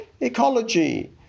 ecology